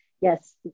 Yes